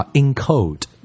encode